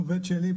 עובד שלי,